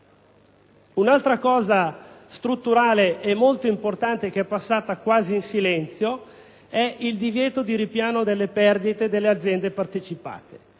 intervento strutturale e molto importante che è passato quasi sotto silenzio è il divieto di ripiano delle perdite delle aziende partecipate.